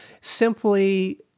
simply